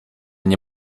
nie